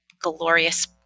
glorious